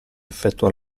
effettua